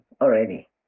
already